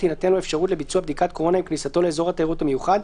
תינתן לו אפשרות לביצוע בדיקת קורונה עם כניסתו לאזור התיירות המיוחד,